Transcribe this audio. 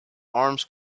arms